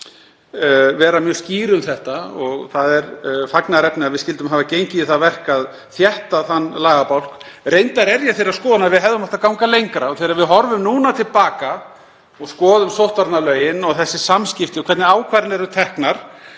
vera mjög skýr um þetta og það er fagnaðarefni að við skyldum hafa gengið í það verk að þétta þann lagabálk. Reyndar er ég þeirrar skoðunar að við hefðum átt að ganga lengra. Þegar við horfum núna til baka og skoðum sóttvarnalögin, þessi samskipti og hvernig ákvarðanir eru teknar,